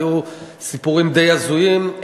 היו סיפורים די הזויים,